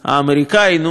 נאום הפרידה שלו,